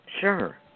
Sure